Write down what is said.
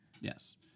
Yes